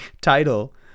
title